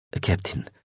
Captain